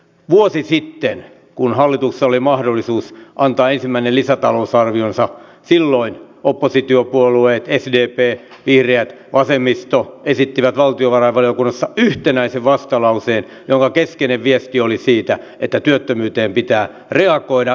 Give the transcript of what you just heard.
vuosi sitten kun hallituksella oli mahdollisuus antaa ensimmäinen lisätalousarvionsa silloin oppositiopuolueet sdp vihreät vasemmisto esittivät valtiovarainvaliokunnassa yhtenäisen vastalauseen jonka keskeinen viesti oli siinä että työttömyyteen pitää reagoida